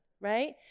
Right